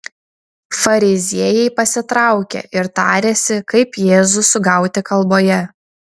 fariziejai pasitraukė ir tarėsi kaip jėzų sugauti kalboje